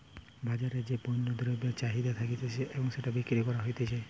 বাজারে যেই পণ্য দ্রব্যের চাহিদা থাকতিছে এবং সেটা বিক্রি করা হতিছে